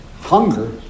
hunger